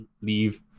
leave